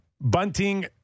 Bunting